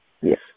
Yes